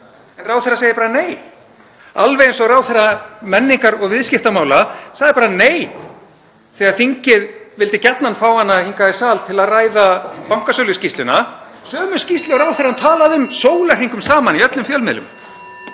Ráðherra segir bara nei, alveg eins og ráðherra menningar- og viðskiptamála sagði bara nei þegar þingið vildi gjarnan fá hana hingað í sal til að ræða bankasöluskýrsluna, sömu skýrslu og ráðherra talaði um sólarhringum saman í öllum fjölmiðlum.